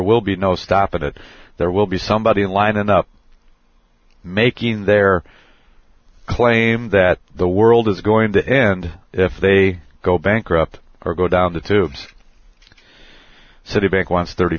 will be no stopping it there will be somebody in line and up making their claim that the world is going to end if they go bankrupt or go down the tubes citibank wants thirty